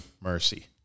mercy